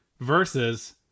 Versus